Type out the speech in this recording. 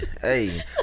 hey